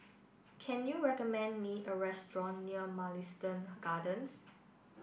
can you recommend me a restaurant near Mugliston Gardens